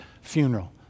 funeral